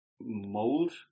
mold